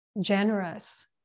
generous